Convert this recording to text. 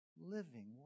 living